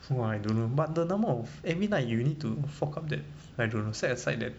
什么 I don't know but the number of every night you need to fork out that I don't know set aside that